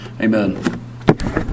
amen